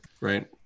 right